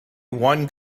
one